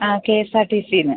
ആ K S R T C യിൽനിന്ന്